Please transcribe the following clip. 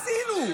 מה עשינו?